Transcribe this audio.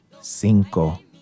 Cinco